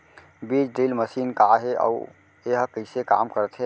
बीज drill machine का हे अऊ एहा कइसे काम करथे?